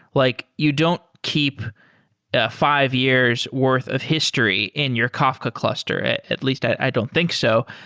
like you don't keep five years' worth of history in your kafka cluster. at at least i don't think so,